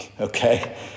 Okay